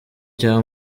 cya